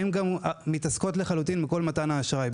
והן גם מתעסקות לחלוטין בכל מתן האשראי.